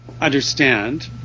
understand